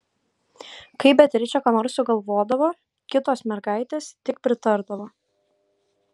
kai beatričė ką nors sugalvodavo kitos mergaitės tik pritardavo